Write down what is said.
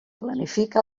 planifica